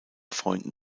freunden